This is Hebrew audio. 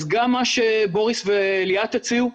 אז גם מה שבוריס וליאת הציעו,